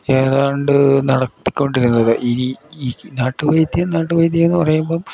ഏതാണ്ട് നടത്തിക്കൊണ്ടിരുന്നത് ഇനി നാട്ടുവൈദ്യം നാട്ടു വൈദ്യം എന്ന് പറയുമ്പം